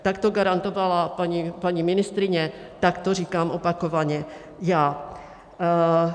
Tak to garantovala paní ministryně, tak to říkám opakovaně já.